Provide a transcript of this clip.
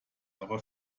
aber